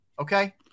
Okay